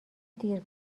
دیر